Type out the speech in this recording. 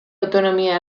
autonomia